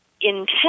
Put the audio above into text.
intent